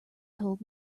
told